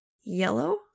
Yellow